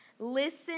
Listen